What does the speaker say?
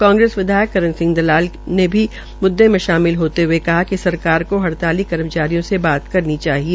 कांग्रेस विधायक करण सिंह दलाल ने भी म्द्दे में शामिल होते हये कहा कि सरकार को हड़ताली कर्मचारियों से बात करनी चाहिए